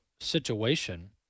situation